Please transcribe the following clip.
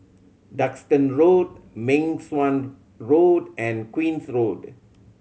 Duxton Road Meng Suan Road and Queen's Road